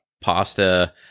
pasta